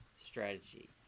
strategy